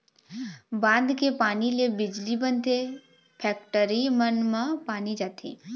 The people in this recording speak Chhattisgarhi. बांध के पानी ले बिजली बनथे, फेकटरी मन म पानी जाथे